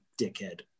dickhead